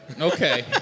Okay